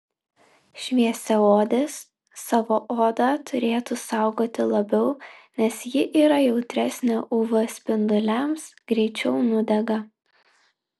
šviesiaodės savo odą turėtų saugoti labiau nes ji yra jautresnė uv spinduliams greičiau nudega